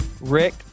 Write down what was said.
Rick